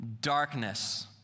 darkness